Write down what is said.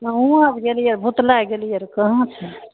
अहूँ आब गेलियै भुतलाइ गेलियै रऽ कहाँ छै